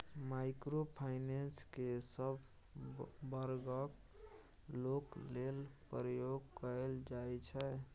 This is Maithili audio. माइक्रो फाइनेंस केँ सब बर्गक लोक लेल प्रयोग कएल जाइ छै